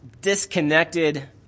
disconnected